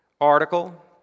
article